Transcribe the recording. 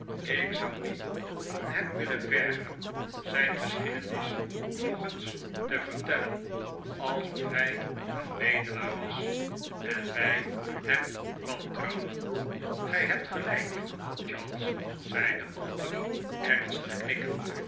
ik zou niet van hem willen vergen zijn geschiedenis nog eens te vertellen alsof hij een bedelaar was en wij nikolaas nickleby hem wantrouwden gij hebt gelijk charles zei de ander ernstig knikkend